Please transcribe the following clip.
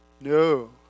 No